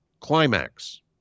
climax